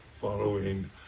following